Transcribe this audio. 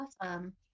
Awesome